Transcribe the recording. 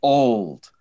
old